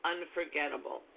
Unforgettable